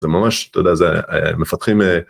זה ממש, אתה יודע, זה מפתחים...